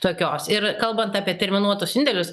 tokios ir kalbant apie terminuotus indėlius